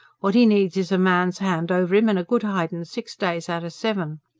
what he needs is a man's hand over him, and a good hidin' six days outer seven.